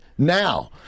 now